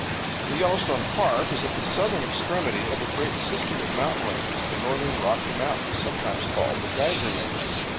the yellowstone park is at the southern extremity of a great system of mountain ranges, the northern rocky mountains, sometimes called the geyser ranges.